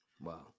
Wow